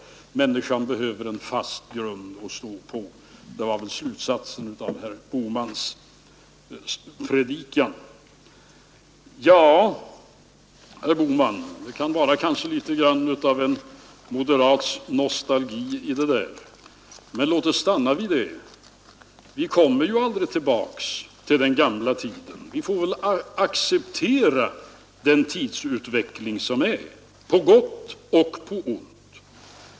Människan behöver en fast grund att stå på — det var väl slutsatsen av herr Bohmans predikan. Ja, herr Bohman. Det kanske kan vara litet av en moderats nostalgi i det där. Men låt oss stanna vid det. Vi kommer ju aldrig tillbaka till den gamla tiden. Vi får väl acceptera den tidsutveckling som är på gott och på ont.